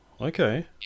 okay